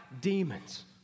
demons